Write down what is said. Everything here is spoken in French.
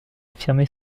affirmé